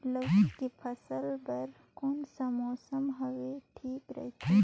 लौकी के फसल बार कोन सा मौसम हवे ठीक रथे?